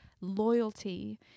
loyalty